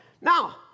Now